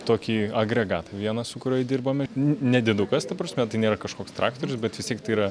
tokį agregatą vieną su kuriuo įdirbame nedidukas ta prasme tai nėra kažkoks traktorius bet vis tiek tai yra